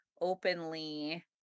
openly